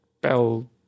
Bell